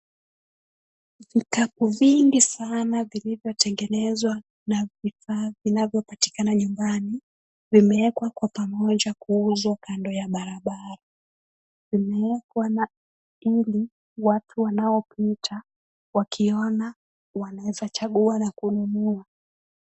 Vikapu vingi sana viliyotengenezwa na vifaa vinavyopatikana nyumbani vimeekwa kwa pamoja kuuzwa kando ya barabara, vimeekwa ili watu wanaopita wakiona wanaeza chagua na kununua.